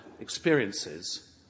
experiences